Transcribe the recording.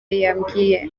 yambwiye